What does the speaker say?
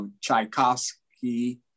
Tchaikovsky